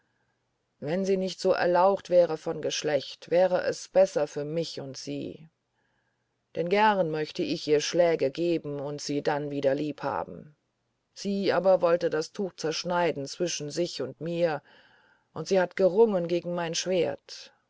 wenn sie nicht so erlaucht wäre von geschlecht wäre es besser für mich und sie denn gern möchte ich ihr schläge geben und sie dann wieder liebhaben sie aber wollte das tuch zerschneiden zwischen sich und mir und sie hat gerungen gegen mein schwert